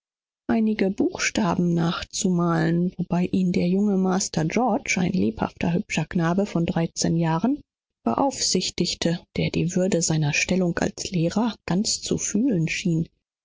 einige buchstaben nachzumalen versuchte während master georg ein muntrer hübscher knabe von dreizehn jahren diese beschäftigung überwachte und der würde seiner stellung als lehrer vollkommen zu entsprechen schien